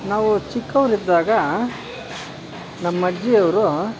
ನಾವು ಚಿಕ್ಕವರಿದ್ದಾಗ ನಮ್ಮಅಜ್ಜಿಯವ್ರು